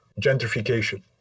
gentrification